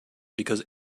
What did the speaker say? because